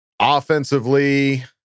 Offensively